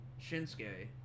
Shinsuke